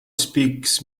speaks